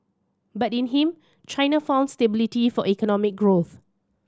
but in him China found stability for economic growth